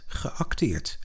geacteerd